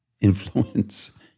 influence